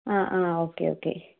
ആ ആ okay okay